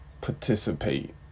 participate